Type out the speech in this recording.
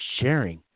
sharing